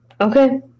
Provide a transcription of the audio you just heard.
Okay